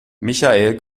michael